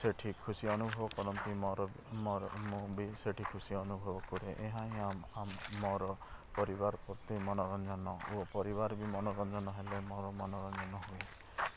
ସେଠି ଖୁସି ଅନୁଭବ କରନ୍ତି ମୋର ମୋର ମୁଁ ବି ସେଠି ଖୁସି ଅନୁଭବ କରେ ଏହା ହିଁ ମୋର ପରିବାର ପ୍ରତି ମନୋରଞ୍ଜନ ଓ ପରିବାର ବି ମନୋରଞ୍ଜନ ହେଲେ ମୋର ମନୋରଞ୍ଜନ ହୁଏ